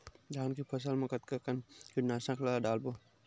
धान के फसल मा कतका कन कीटनाशक ला डलबो?